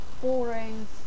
boring